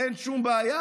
אין שום בעיה,